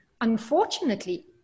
Unfortunately